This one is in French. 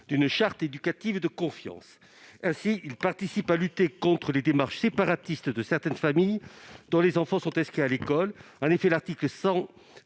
d'une charte éducative de confiance. Cette disposition contribuerait à lutter contre les démarches séparatistes de certaines familles, dont les enfants sont inscrits à l'école. En effet, l'article L.